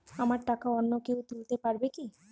আমার টাকা অন্য কেউ তুলতে পারবে কি?